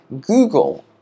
Google